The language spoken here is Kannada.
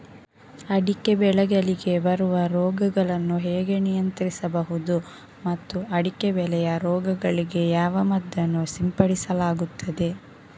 ಅಡಿಕೆ ಬೆಳೆಗಳಿಗೆ ಬರುವ ರೋಗಗಳನ್ನು ಹೇಗೆ ನಿಯಂತ್ರಿಸಬಹುದು ಮತ್ತು ಅಡಿಕೆ ಬೆಳೆಯ ರೋಗಗಳಿಗೆ ಯಾವ ಮದ್ದನ್ನು ಸಿಂಪಡಿಸಲಾಗುತ್ತದೆ?